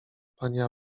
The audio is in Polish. panie